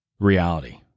reality